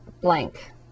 blank